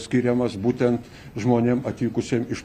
skiriamas būtent žmonėm atvykusiem iš